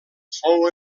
fou